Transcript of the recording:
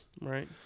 right